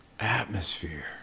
Atmosphere